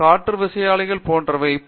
பேராசிரியர் பிரதாப் ஹரிதாஸ் சரி ஆமாம்